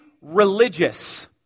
religious